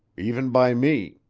even by me,